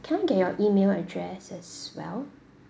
can I get your email address as well